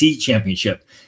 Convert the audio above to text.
championship